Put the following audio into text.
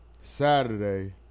Saturday